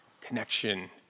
connection